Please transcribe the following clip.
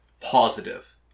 positive